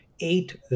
eight